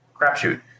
crapshoot